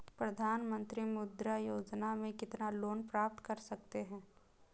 प्रधानमंत्री मुद्रा योजना में कितना लोंन प्राप्त कर सकते हैं?